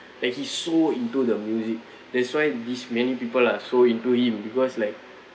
like he saw into the music that's why these many people are so into him because like